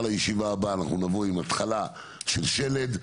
לישיבה הבאה אנחנו נבוא עם התחלה של שלד,